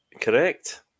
Correct